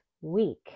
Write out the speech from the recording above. week